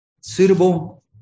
Suitable